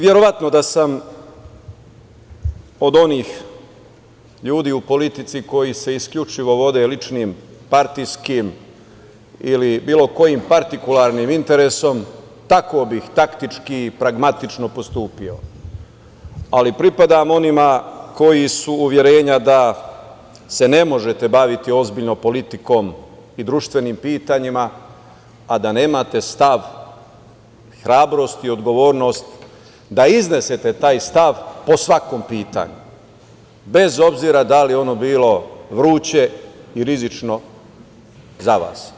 Verovatno da sam od onih ljudi u politici koji se isključivo vode ličnim, partijskim ili bilo kojim partikularnim interesom, tako bih taktički, pragmatično postupio, ali pripadam onima koji su uverena da se ne možete baviti ozbiljno politikom i društvenim pitanjima a da nemate stav, hrabrost i odgovornost da iznesete taj stav po svakom pitanju, bez obzira da li ono bilo vruće i rizično za vas.